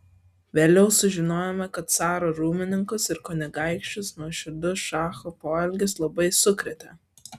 vėliau sužinojome kad caro rūmininkus ir kunigaikščius nuoširdus šacho poelgis labai sukrėtė